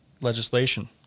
legislation